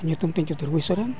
ᱧᱩᱛᱩᱢᱛᱤᱧ ᱪᱚᱛᱩᱨᱵᱷᱩᱡᱽ ᱥᱚᱨᱮᱱ